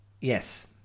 yes